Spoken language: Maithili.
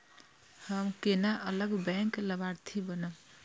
हम केना अलग बैंक लाभार्थी बनब?